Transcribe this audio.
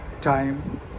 time